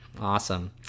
Awesome